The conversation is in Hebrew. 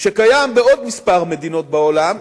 שקיים בעוד כמה מדינות בעולם,